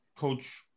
Coach